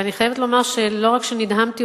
ואני חייבת לומר שלא רק שנדהמתי,